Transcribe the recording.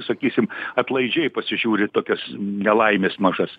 sakysim atlaidžiai pasižiūri į tokias nelaimes mažas